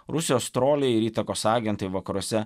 rusijos troliai ir įtakos agentai vakaruose